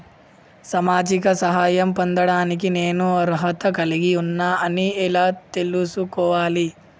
సామాజిక సహాయం పొందడానికి నేను అర్హత కలిగి ఉన్న అని ఎలా తెలుసుకోవాలి?